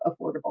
affordable